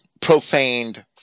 profaned